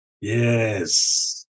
Yes